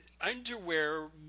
underwear